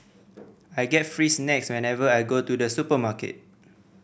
I get free snacks whenever I go to the supermarket